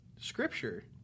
scripture